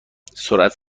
سرعت